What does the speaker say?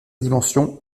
dimension